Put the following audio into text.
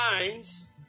lines